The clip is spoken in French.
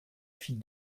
fit